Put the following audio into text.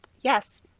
Yes